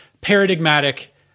paradigmatic